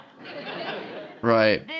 Right